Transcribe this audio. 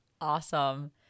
Awesome